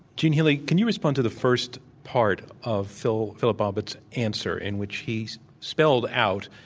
gene healy, can you respond to the first part of philip philip bobbitt's answer in which he spelled out